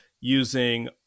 using